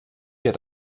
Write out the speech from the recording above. wir